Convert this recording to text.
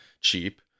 cheap